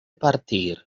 partir